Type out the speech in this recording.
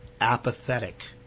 apathetic